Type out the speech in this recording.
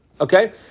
Okay